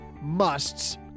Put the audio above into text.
musts